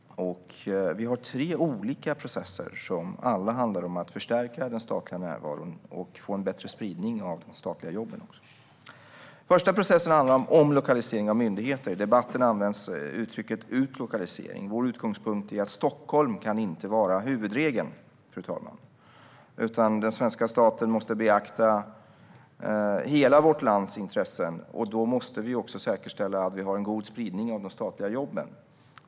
Vi har tre olika processer som alla handlar om att förstärka den statliga närvaron och få en bättre spridning av statliga jobb. Den första processen handlar om omlokalisering av myndigheter. I debatten används uttrycket "utlokalisering". Vår utgångspunkt, fru talman, är att Stockholm inte kan vara huvudregeln. Den svenska staten måste beakta hela landets intressen, och då måste vi också säkerställa att det finns en god spridning av de statliga jobben.